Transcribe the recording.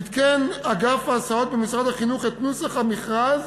עדכן אגף ההסעות במשרד החינוך את נוסח המכרז